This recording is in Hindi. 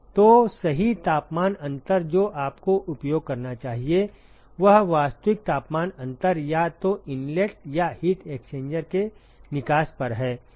तो सही तापमान अंतर जो आपको उपयोग करना चाहिए वह वास्तविक तापमान अंतर या तो इनलेट या हीट एक्सचेंजर के निकास पर है